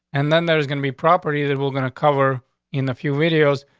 and then there's gonna be property that we're gonna cover in a few videos,